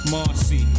Marcy